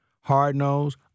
hard-nosed